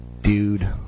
dude